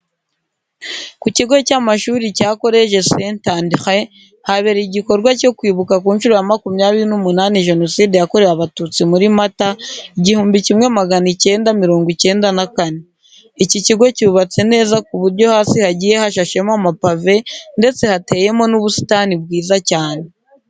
Ku kigo cy'amashuri cya Collège Saint André habereye igikorwa cyo kwibuka ku nshuro ya makumyabiri n'umunani Jenoside yakorewe Abatutsi muri Mata, igihumbi kimwe magana icyenda mirongo icyenda na kane. Iki kigo cyubatse neza ku buryo hasi hagiye hashashemo amapave ndetse hateyemo n'ubusitani bwiza cyane.